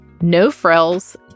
no-frills